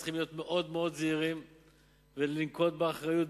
צריכים להיות מאוד זהירים ולנהוג באחריות